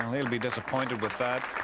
he'll be disappointed with that.